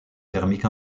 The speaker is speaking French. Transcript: thermiques